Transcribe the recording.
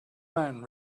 man